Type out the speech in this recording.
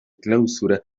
clausura